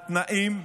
התנאים,